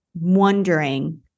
wondering